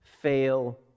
fail